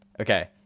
Okay